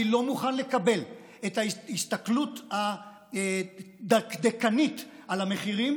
אני לא מוכן לקבל את ההסתכלות הדקדקנית על המחירים